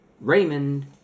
Raymond